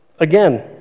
Again